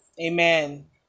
Amen